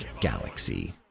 galaxy